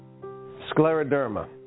Scleroderma